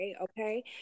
okay